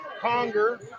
Conger